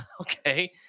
okay